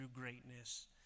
greatness